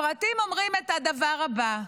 הפרטים אומרים את הדבר הבא: